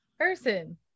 person